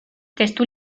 testu